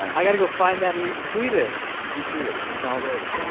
i got to go find that and retweet it retweet it in solidarity